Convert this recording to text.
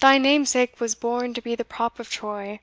thy namesake was born to be the prop of troy,